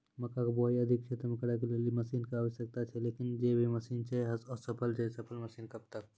मक्का के बुआई अधिक क्षेत्र मे करे के लेली मसीन के आवश्यकता छैय लेकिन जे भी मसीन छैय असफल छैय सफल मसीन कब तक?